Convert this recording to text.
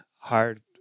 hard